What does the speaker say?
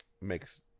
makes